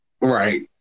Right